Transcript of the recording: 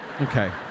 Okay